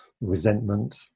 resentment